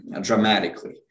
dramatically